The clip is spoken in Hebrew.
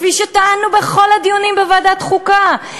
כפי שטענו בכל הדיונים בוועדת חוקה.